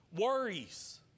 Worries